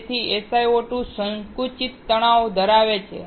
તેથી SiO2 સંકુચિત તણાવ ધરાવે છે